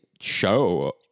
show